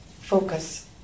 focus